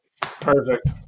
Perfect